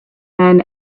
men